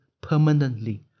permanently